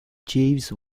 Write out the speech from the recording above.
jeeves